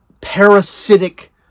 parasitic